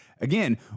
Again